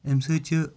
اَمہِ سۭتۍ چھِ